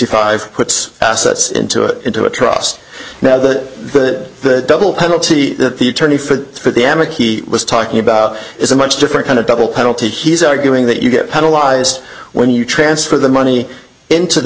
five puts assets into it into a trust now that the double penalty that the attorney for the amec he was talking about is a much different kind of double penalty he's arguing that you get paralyzed when you transfer the money into the